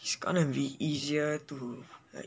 it's going to be easier to